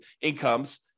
incomes